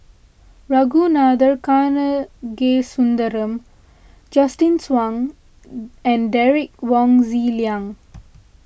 Ragunathar Kanagasuntheram Justin Zhuang and Derek Wong Zi Liang